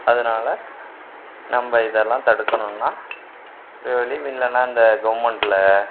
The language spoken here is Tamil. அதனால் நம்ப இதெல்லாம் தடுக்கணுன்னா வேறு வழி இல்லைன்னா இந்த கவர்மெண்ட்ல